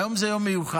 והיום זה יום מיוחד,